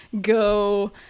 go